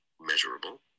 measurable